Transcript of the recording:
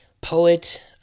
poet